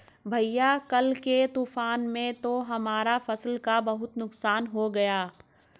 भैया कल के तूफान में तो हमारा फसल का बहुत नुकसान हो गया